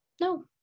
No